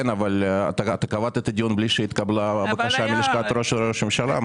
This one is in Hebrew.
אבל קבעת את הדיון בלי שהתקבלה בקשה מלשכת ראש הממשלה.